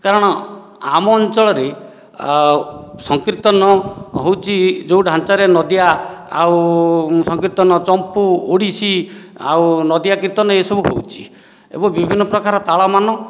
କାରଣ ଆମ ଅଞ୍ଚଳରେ ସଂକୀର୍ତ୍ତନ ହେଉଛି ଯେଉଁ ଢାଞ୍ଚାରେ ନଦିଆ ଆଉ ସଂକୀର୍ତ୍ତନ ଚମ୍ପୁ ଓଡ଼ିଶୀ ଆଉ ନଦିଆ କୀର୍ତ୍ତନ ଏସବୁ ହେଉଛି ଏବଂ ବିଭିନ୍ନ ପ୍ରକାର ତାଳମାନ